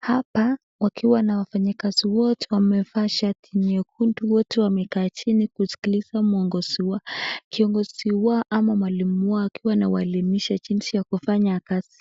Hapa wakiwa na wafanyikazi wote, wamevaa shati nyekundu wote wamekaa chini kuskiliza kiongozi wao ama mwalimu wao akiwa anawaelimisha jinsi ya kufanya kazi.